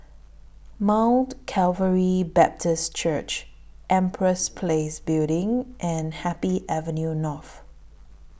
Mount Calvary Baptist Church Empress Place Building and Happy Avenue North